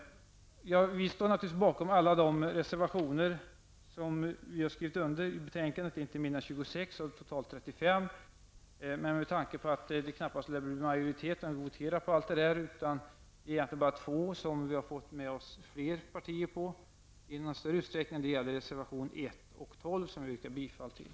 Vi står naturligtvis bakom alla de reservationer vid betänkandet som vi har skrivit under, inte mindre än 26 av totalt 35, men vi lär knappast få majoritet vid votering om dem. Vi har fått med oss andra partier på två reservationer, nr 1 och 12, och dem yrkar jag bifall till.